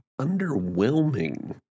underwhelming